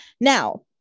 now